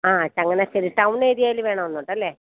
ആ ചങ്ങനാശ്ശേരി ടൗൺ ഏരിയായിൽ വേണമെന്നുണ്ടല്ലേ